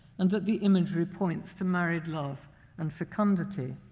and that the imagery points to married love and fecundity.